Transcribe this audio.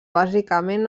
bàsicament